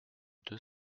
deux